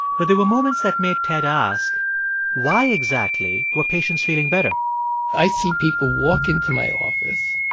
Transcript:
but there were moments that made ted ask why exactly were patients feeling better i see people walk into my office,